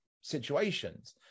situations